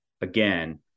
again